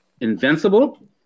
Invincible